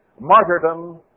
martyrdom